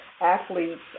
athletes